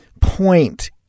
point